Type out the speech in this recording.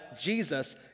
Jesus